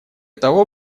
того